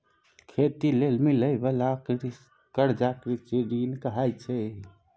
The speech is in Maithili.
खेती लेल मिलइ बाला कर्जा कृषि ऋण कहाइ छै